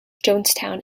johnstown